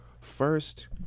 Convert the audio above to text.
first